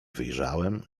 wyjrzałem